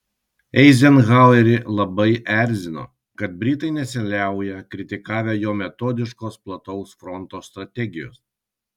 eizenhauerį labai erzino kad britai nesiliauja kritikavę jo metodiškos plataus fronto strategijos